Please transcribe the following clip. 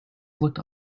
looked